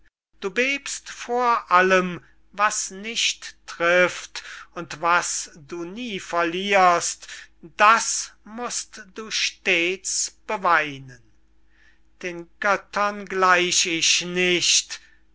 du bebst vor allem was nicht trifft und was du nie verlierst das mußt du stets beweinen den göttern gleich ich nicht